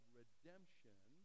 redemption